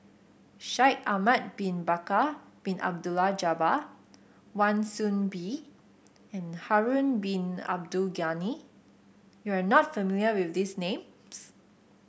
Shaikh Ahmad Bin Bakar Bin Abdullah Jabbar Wan Soon Bee and Harun Bin Abdul Ghani you are not familiar with these names